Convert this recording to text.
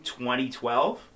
2012